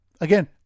again